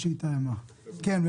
תקנה